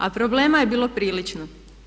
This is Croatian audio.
A problema je bilo prilično.